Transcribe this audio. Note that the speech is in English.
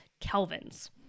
kelvins